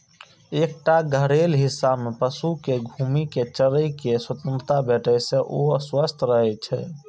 एकटा घेरल हिस्सा मे पशु कें घूमि कें चरै के स्वतंत्रता भेटै से ओ स्वस्थ रहै छै